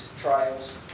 trials